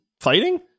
fighting